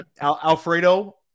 Alfredo